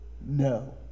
no